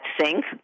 sink